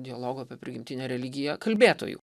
dialogo apie prigimtinę religiją kalbėtojų